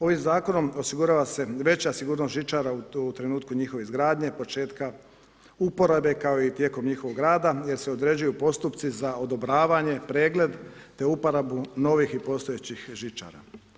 Ovim zakonom osigurava se veća sigurnost žičara u trenutku njihove izgradnje, početka uporabe kao i tijekom njihovog rada jer se određuju postupci za odobravanje, pregled te uporabu novih i postojećih žičara.